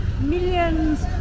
millions